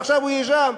ועכשיו הוא יהיה שם.